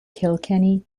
kilkenny